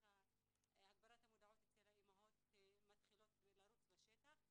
הגברת המודעות אצל האימהות מתחילה לרוץ בשטח.